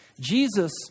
Jesus